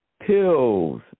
pills